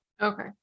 okay